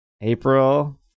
April